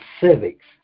civics